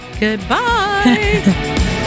Goodbye